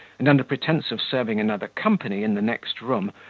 and, under pretence of serving another company in the next room,